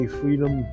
freedom